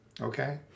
Okay